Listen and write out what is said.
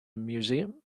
museum